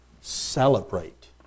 celebrate